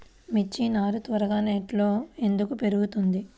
మిర్చి నారు త్వరగా నెట్లో ఎందుకు పెరుగుతుంది?